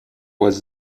was